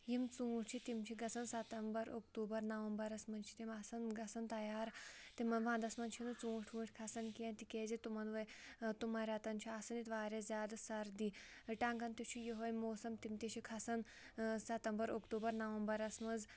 یِم ژوٗنٛٹھۍ چھِ تِم چھِ گژھان ستمبر اکتوٗبر نومبرس منٛز چھِ تِم آسن گژھن تیار تِمن ونٛدس منٛز چھِنہٕ ژوٗنٛٹھۍ ووٗٹھۍ کھسان کیٚنٛہہ تِکیازِ تِمن وٲ تِمن رٮ۪تن چھُ آسن ییٚتہِ وارِیاہ زیادٕ سردی ٹنٛگن تہِ چھُ یہوے موسم تِم تہِ چھِ کھسان ستمبر اکتوٗبر نومبرس منٛز